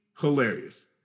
hilarious